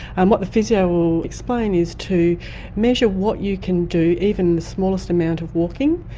and what the physio will explain is to measure what you can do, even the smallest amount of walking,